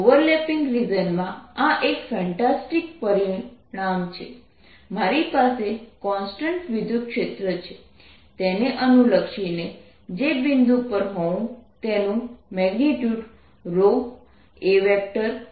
overlapping રિજનમાં આ એક ફેન્ટાસ્ટિક પરિણામ છે મારી પાસે કોન્સ્ટન્ટ વિદ્યુતક્ષેત્ર છે તેને અનુલક્ષીને જે બિંદુ પર હોઉં તેનુ મેગ્નિટ્યુડ a20 છે